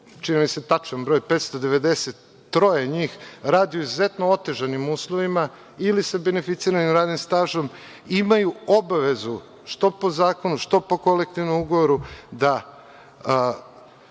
čini mi se, tačan broj je 593 njih radi u izuzetno otežanim uslovima, ili sa beneficiranim radnim stažom, imaju obavezu što po zakonu, što po kolektivnom ugovoru da